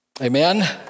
Amen